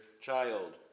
child